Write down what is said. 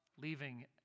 leaving